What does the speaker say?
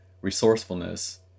resourcefulness